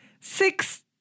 Six